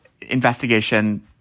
investigation